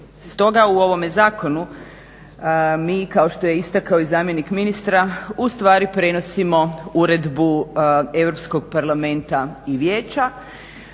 S toga u ovome zakonu mi kao što je istakao i zamjenik ministra, ustvari prenosimo uredbu Europskog Parlamenta i Vijeća